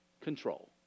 control